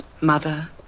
mother